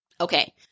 Okay